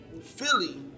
Philly